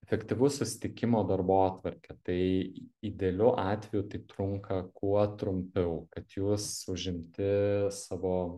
efektyvaus susitikimo darbotvarkė tai i idealiu atveju tik trunka kuo trumpiau kad jūs užimti savo